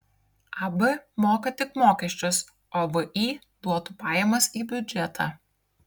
ab moka tik mokesčius o vį duotų pajamas į biudžetą